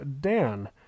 dan